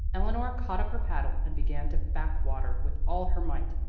eleanor caught up her paddle and began to back water with all her might.